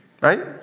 Right